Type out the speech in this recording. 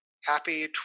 Happy